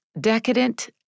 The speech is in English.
decadent